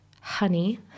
honey